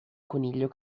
coniglio